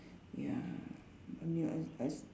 ya